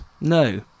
No